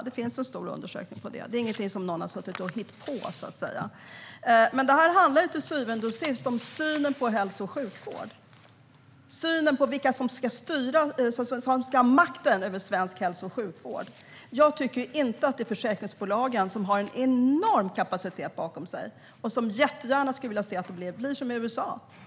Det finns alltså en stor undersökning på det, så det är ingenting som någon har suttit och hittat på. Detta handlar till syvende och sist om synen på hälso och sjukvård och om synen på vilka som ska styra och ha makten över svensk hälso och sjukvård. Jag tycker inte att det är försäkringsbolagen, som har en enorm kapacitet bakom sig och som jättegärna skulle vilja se att det blir som i USA.